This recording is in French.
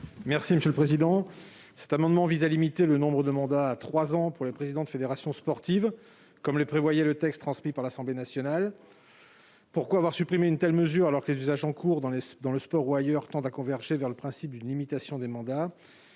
n° 79 rectifié. Cet amendement vise à limiter à trois le nombre de mandats des présidents de fédérations sportives agréées, comme le prévoyait initialement le texte transmis par l'Assemblée nationale. Pourquoi avoir supprimé une telle mesure, alors que les usages en cours dans le sport ou ailleurs tendent à converger vers le principe d'une limitation des mandats ?